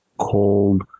cold